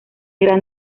gran